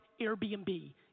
Airbnb